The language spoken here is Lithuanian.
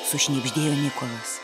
sušnibždėjo nikolas